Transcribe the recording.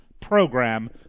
program